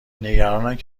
نگرانند